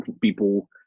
people